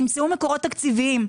תמצאו מקורות תקציביים.